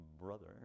brother